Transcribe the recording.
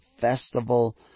festival